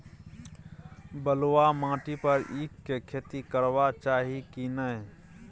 बलुआ माटी पर ईख के खेती करबा चाही की नय?